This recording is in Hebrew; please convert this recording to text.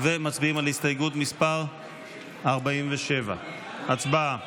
מצביעים על הסתייגות מס' 47. הצבעה.